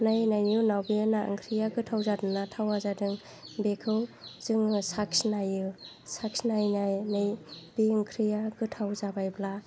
नायनायनि उनाव बे ओंख्रिया गोथाव जादोंना थावा जादों बेखौ जोङो साखिनायो साखिनायनानै बे ओंख्रिया गोथाव जाबायब्ला